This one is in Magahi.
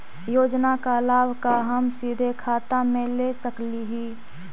योजना का लाभ का हम सीधे खाता में ले सकली ही?